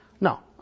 No